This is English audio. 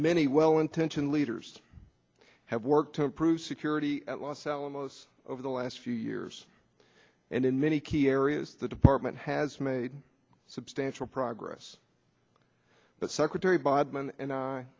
many well intentioned leaders have work to improve security at los alamos over the last few years and in many key areas the department has made substantial progress but secretary